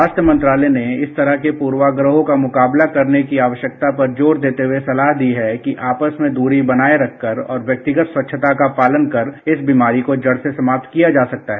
स्वास्थ्य मंत्रालय ने इस तरह के पूर्वाग्रहों का मुकाबला करने की आवश्यकता पर जोर देते हुए सलाह दी है कि आपस में दूरी बनाए रखकर और व्यक्तिगत स्वच्छता का पालन कर इस बीमारी को जड़ से समाप्त किया जा सकता है